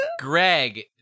Greg